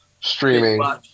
streaming